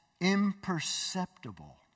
imperceptible